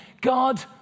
God